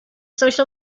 social